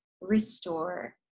restore